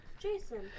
Jason